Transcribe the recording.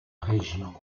région